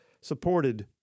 supported